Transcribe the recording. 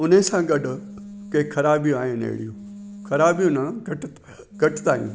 उन सां गॾु कंहिं ख़राबी आहिनि अहिड़ियूं ख़राबियूं न घटि घटताईं